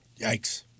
Yikes